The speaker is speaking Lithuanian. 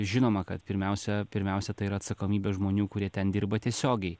žinoma kad pirmiausia pirmiausia tai yra atsakomybė žmonių kurie ten dirba tiesiogiai